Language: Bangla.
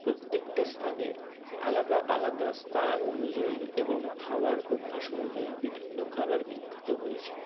প্রত্যেকটা স্থানের আলাদা আলাদা স্থান অনুযায়ী এবং খাওয়ার অভ্যাস অনুযায়ী বিভিন্ন খাবার বিখ্যাত হয়েছে